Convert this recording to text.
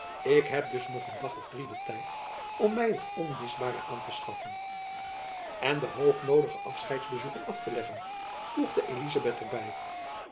ik heb dus nog een dag of drie den tijd om my het onmisbare aan te schaffen en de noodige afscheidsbezoeken af te leggen voegde elizabeth er